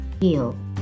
heal